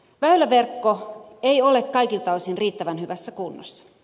väyläverkko ei ole kaikilta osin riittävän hyvässä kunnossa